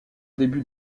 début